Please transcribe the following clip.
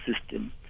system